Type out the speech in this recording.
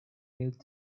failed